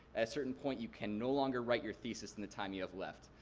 a certain point you can no longer write your thesis in the time you have left.